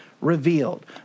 revealed